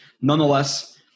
Nonetheless